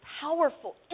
powerful